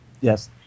Yes